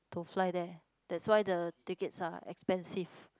to fly there that's why the tickets are expensive